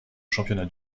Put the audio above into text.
championnats